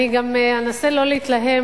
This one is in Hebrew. אני גם אנסה לא להתלהם,